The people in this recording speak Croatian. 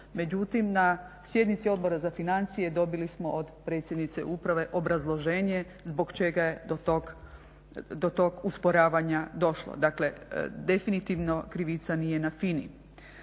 Međutim, na sjednici Odbora za financije dobili smo od predsjednice uprave obrazloženje zbog čega je do tog usporavanja došlo. Dakle definitivno krivica nije na FINA-i.